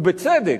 ובצדק,